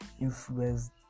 influenced